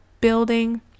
building